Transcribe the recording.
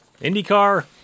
IndyCar